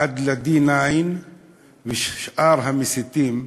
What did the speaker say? עד ל-D-9 ושאר המסיתים,